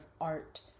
art